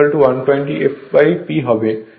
এবং nS 120 fP হবে